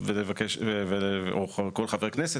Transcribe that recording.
או כל חבר כנסת.